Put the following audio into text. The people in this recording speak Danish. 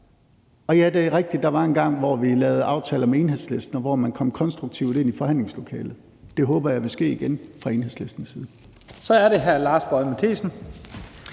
ansvar. Det er rigtigt, at der var engang, hvor vi lavede aftaler med Enhedslisten, og hvor man kom konstruktivt ind i forhandlingslokalet. Det håber jeg vil ske igen fra Enhedslistens side. Kl. 17:20 Første